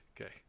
okay